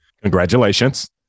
congratulations